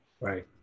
Right